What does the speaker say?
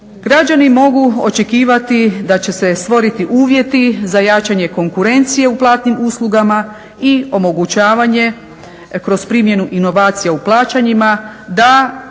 Građani mogu očekivati da će se stvoriti uvjeti za jačanje konkurencije u platnim uslugama i omogućavanje kroz primjenu inovacija u plaćanjima da